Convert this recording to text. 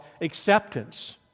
acceptance